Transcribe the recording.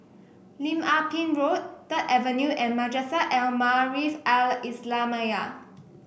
Lim Ah Pin Road Third Avenue and Madrasah Al Maarif Al Islamiah